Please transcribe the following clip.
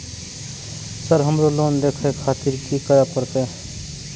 Sir हमरो loan देखें खातिर की करें परतें?